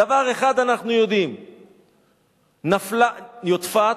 דבר אחד אנחנו יודעים, נפלה יודפת.